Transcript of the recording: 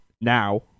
now